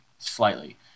Slightly